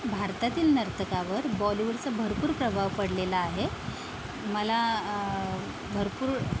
भारतातील नर्तकावर बॉलीवूडचा भरपूर प्रभाव पडलेला आहे मला भरपूर